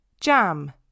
Jam